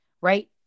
Right